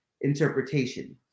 interpretation